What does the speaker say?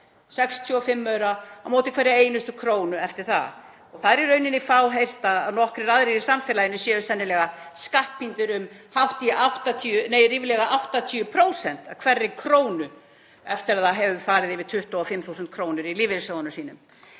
65 aura á móti hverri einustu krónu eftir það. Það er í rauninni fáheyrt að nokkrir aðrir í samfélaginu séu sennilega skattpíndir um ríflega 80% af hverri krónu eftir að það hefur farið yfir 25.000 kr. í lífeyrissjóðnum sínum.